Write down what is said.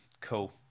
Cool